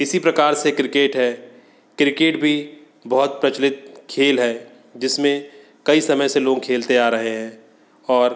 इसी प्रकार से क्रिकेट है क्रिकेट भी बहुत प्रचलित खेल है जिसमें कई समय से लोग खेलते आ रहे हैं और